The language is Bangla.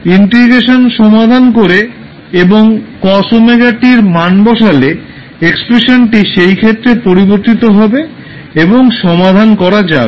ইন্টিগ্রেশন সমাধান করে এবং cos ωt এর মান বসালে এক্সপ্রেশান টি সেই ক্ষেত্রে পরিবর্তিত হবে এবং সমাধান করা যাবে